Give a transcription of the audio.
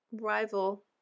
rival